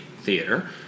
theater